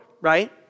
right